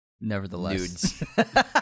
Nevertheless